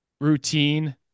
routine